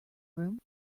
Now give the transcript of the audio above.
room